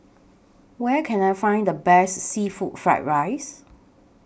Where Can I Find The Best Seafood Fried Rice